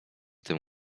tym